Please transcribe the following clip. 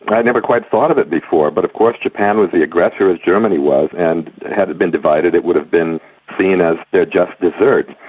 but i never quite thought of it before, but of course japan was the aggressor, as germany was, and had it been divided it would have been seen as their just deserts.